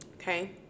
Okay